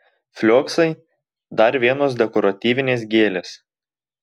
flioksai dar vienos dekoratyvinės gėlės